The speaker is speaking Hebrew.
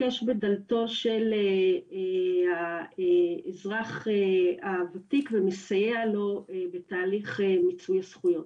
נוקש בדלתו של האזרח הוותיק ומסייע לו בתהליך מיצוי הזכויות.